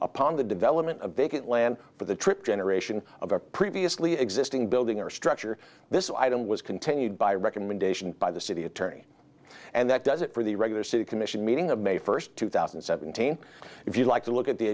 upon the development of vacant land for the trip generation of a previously existing building or structure this item was continued by recommendation by the city attorney and that does it for the regular city commission meeting of may first two thousand and seventeen if you like to look at the